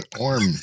arm